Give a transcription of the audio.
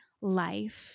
life—